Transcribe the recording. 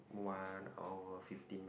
one hour fifteen minutes